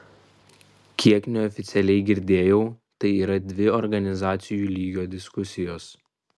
kiek neoficialiai girdėjau tai yra dvi organizacijų lygio diskusijos